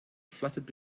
fluttered